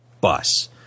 bus